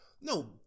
no